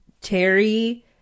Terry